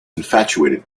infatuated